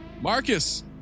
Marcus